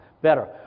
Better